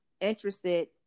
interested